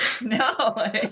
No